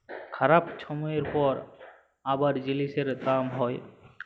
খারাপ ছময়ের পর আবার জিলিসের দাম হ্যয়